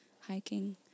hiking